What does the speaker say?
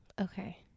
Okay